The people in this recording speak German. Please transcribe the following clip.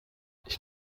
ich